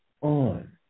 on